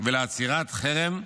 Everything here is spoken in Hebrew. ולעצירת חרם,